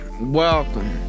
welcome